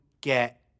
get